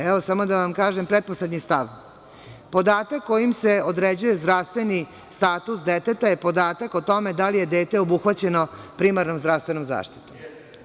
Evo, samo da vam kažem pretposlednji stav – podatka kojim se određuje zdravstveni status deteta je podatak o tome da li je dete obuhvaćeno primarnom zdravstvenom zaštitom.